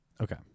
okay